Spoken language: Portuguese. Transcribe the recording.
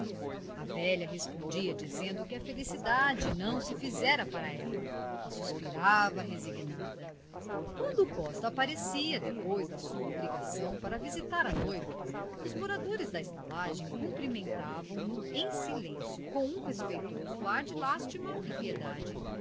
a velha respondia dizendo que a felicidade não se fizera para ela e suspirava resignada quando o costa aparecia depois da sua obrigação para visitar a noiva os moradores da estalagem cumprimentavam no em silêncio com um respeitoso ar de lástima e piedade